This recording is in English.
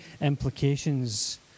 implications